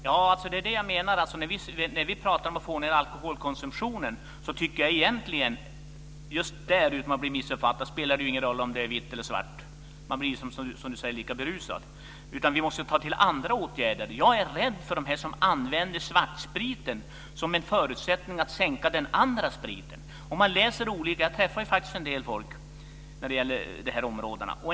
Fru talman! När det gäller att man ska få ned alkoholkonsumtionen spelar det ingen roll om det rör sig om vit eller svart sprit. Man blir, som Lars Gustafsson säger, lika berusad. Vi måste ta till andra åtgärder. Jag är rädd för dem som använder svartspriten som ett argument för att sänka priset på den andra spriten. Jag träffar en hel del människor i det här sammanhanget.